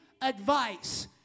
advice